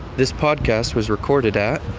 this podcast was recorded at.